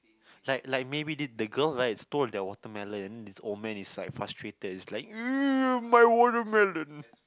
like like maybe did the girl right stole their watermelon this old man is like frustrated is like my watermelon